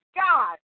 God